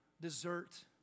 desert